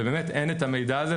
ואין את המידע הזה,